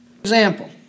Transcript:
example